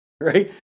right